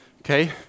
Okay